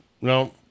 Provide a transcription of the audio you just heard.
no